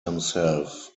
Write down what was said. himself